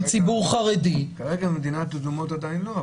ציבור חרדי --- כרגע מדינות אדומות עדיין לא,